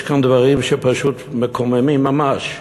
יש כאן דברים שפשוט מקוממים ממש.